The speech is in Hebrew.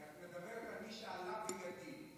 כי את מדברת על "עלה בידי".